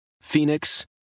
Phoenix